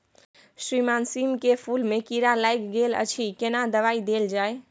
श्रीमान सीम के फूल में कीरा लाईग गेल अछि केना दवाई देल जाय?